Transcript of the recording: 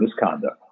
misconduct